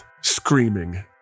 screaming